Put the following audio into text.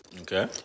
Okay